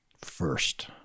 first